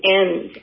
end